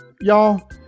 Y'all